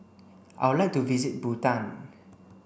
I would like to visit Bhutan